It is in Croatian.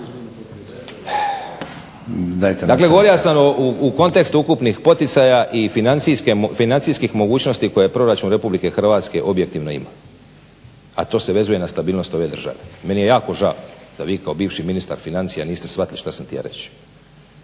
Dakle, govorio sam u kontekstu ukupnih poticaja i financijskih mogućnosti koje Proračun RH objektivno ima, a to se vezuje na stabilnost ove države. Meni je jako žao da vi kao bivši ministar financija niste shvatili što sam htio reći.